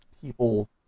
people